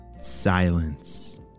Silence